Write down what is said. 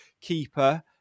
keeper